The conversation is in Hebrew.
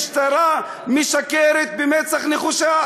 משטרה המשקרת במצח נחושה.